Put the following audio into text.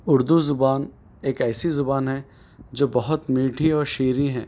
اُردو زبان ایک ایسی زبان ہے جو بہت میٹھی اور شیریں ہے